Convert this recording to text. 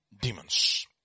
demons